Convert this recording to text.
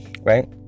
Right